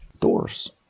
doors